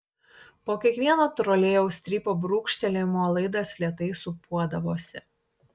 po kiekvieno trolėjaus strypo brūkštelėjimo laidas lėtai sūpuodavosi